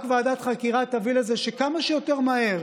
רק ועדת חקירה תביא לזה שכמה שיותר מהר